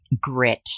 grit